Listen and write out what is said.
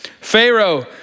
Pharaoh